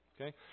okay